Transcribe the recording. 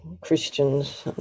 Christians